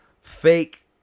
fake